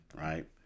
right